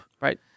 right